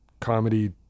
comedy